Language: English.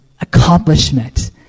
accomplishment